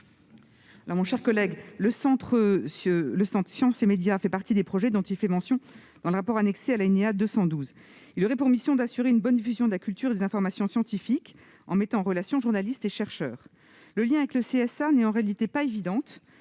Mon cher collègue, le centre « Science et médias » fait partie des projets dont il est fait mention à l'alinéa 212 du rapport annexé. Il aurait pour mission d'assurer une bonne diffusion de la culture et des informations scientifiques en mettant en relation journalistes et chercheurs. Le lien avec le CSA n'est en réalité pas évident,